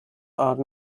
are